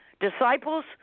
disciples